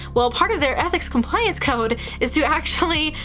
well, part of their ethics compliance code is to actually,